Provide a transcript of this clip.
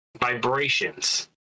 vibrations